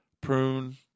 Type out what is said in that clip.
Prune